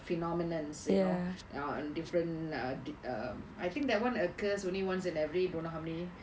phenomenons you know and different err um I think that one occurs only once in every don't know how many